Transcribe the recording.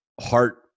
heart